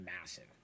massive